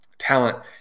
Talent